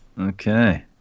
Okay